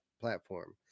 platform